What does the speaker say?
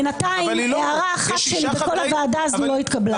בינתיים הערה אחת שלי בכל הוועדה הזאת לא התקבלה.